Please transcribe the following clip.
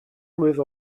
mlwydd